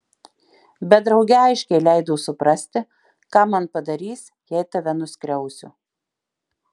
bet drauge aiškiai leido suprasti ką man padarys jei tave nuskriausiu